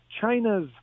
china's